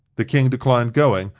the king declined going,